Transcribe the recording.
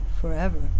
forever